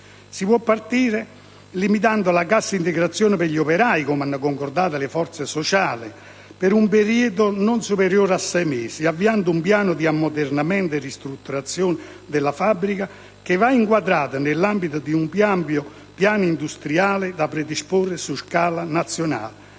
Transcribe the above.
Si può partire limitando la cassa integrazione per gli operai, come hanno concordato le forze sociali, per un periodo non superiore a sei mesi, avviando un piano di ammodernamento e di ristrutturazione della fabbrica che va inquadrato nell'ambito di un più ampio piano industriale da predisporre su scala nazionale